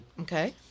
Okay